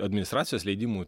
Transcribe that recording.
administracijos leidimu